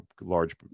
large